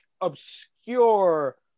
obscure